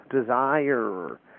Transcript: desire